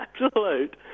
absolute